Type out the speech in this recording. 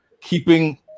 keeping